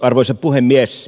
arvoisa puhemies